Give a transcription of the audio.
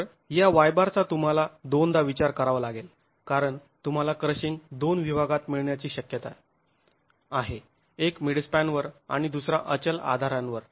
तर या चा तुम्हाला दोनदा विचार करावा लागेल कारण तुंम्हाला क्रशींग दोन विभागात मिळण्याची शक्यता आहे एक मिडस्पॅनवर आणि दुसरा अचल आधारांवर